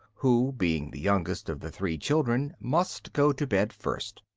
who, being the youngest of the three children, must go to bed first.